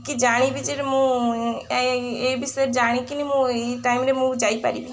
କି ଜାଣିବି ଯେ ମୁଁ ଏଇ ବିଷୟରେ ଜାଣିକିନି ମୁଁ ଏଇ ଟାଇମ୍ରେ ମୁଁ ଯାଇପାରିବି